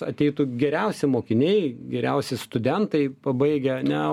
ateitų geriausi mokiniai geriausi studentai pabaigę ane